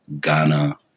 Ghana